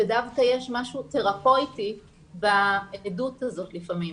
ודווקא יש משהו תרפויטי בעדות הזאת לפעמים.